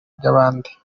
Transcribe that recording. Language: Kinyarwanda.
by’abandi